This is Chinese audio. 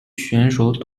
选手